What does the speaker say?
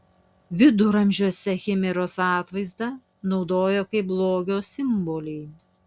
viduramžiuose chimeros atvaizdą naudojo kaip blogio simbolį